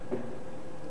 נתקבלה.